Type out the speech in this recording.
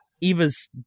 Eva's